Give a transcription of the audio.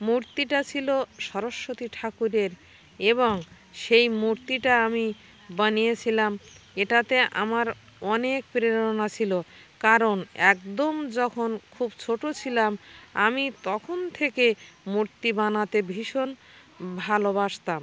মূর্তিটা ছিলো সরস্বতী ঠাকুরের এবং সেই মূর্তিটা আমি বানিয়েছিলাম এটাতে আমার অনেক প্রেরণা ছিলো কারণ একদম যখন খুব ছোটো ছিলাম আমি তখন থেকে মূর্তি বানাতে ভীষণ ভালোবাসতাম